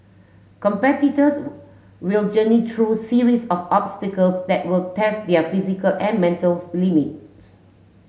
competitors will journey through series of obstacles that will test their physical and mental limits